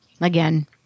again